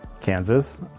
Kansas